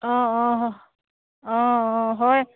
অঁ অঁ অঁ অঁ হয়